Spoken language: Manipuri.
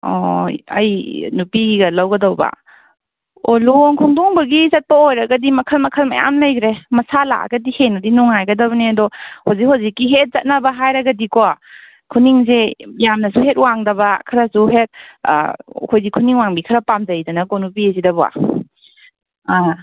ꯑꯣ ꯑꯩ ꯅꯨꯄꯤꯒꯤꯒ ꯂꯧꯒꯗꯧꯕ ꯑꯣ ꯂꯨꯍꯣꯡ ꯈꯣꯡꯗꯣꯡꯕꯒꯤ ꯆꯠꯄ ꯑꯣꯏꯔꯒꯗꯤ ꯃꯈꯜ ꯃꯈꯜ ꯃꯌꯥꯝ ꯂꯩꯒ꯭ꯔꯦ ꯃꯁꯥ ꯂꯥꯛꯑꯒꯗꯤ ꯍꯦꯟꯅꯗꯤ ꯅꯨꯡꯉꯥꯏꯒꯗꯕꯅꯦ ꯑꯗꯣ ꯍꯧꯖꯤꯛ ꯍꯧꯖꯤꯛꯀꯤ ꯍꯦꯛ ꯆꯠꯅꯕ ꯍꯥꯏꯔꯒꯗꯤꯀꯣ ꯈꯨꯅꯤꯡꯖꯦ ꯌꯥꯝꯅꯖꯨ ꯍꯦꯛ ꯋꯥꯡꯗꯕ ꯈꯔꯖꯨ ꯍꯦꯛ ꯑꯩꯈꯣꯏꯗꯤ ꯈꯨꯅꯤꯡ ꯋꯥꯡꯕꯤ ꯈꯔ ꯄꯥꯝꯖꯩꯗꯅꯀꯣ ꯅꯨꯄꯤꯑꯖꯤꯗꯕꯨ ꯑꯥ